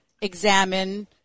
examine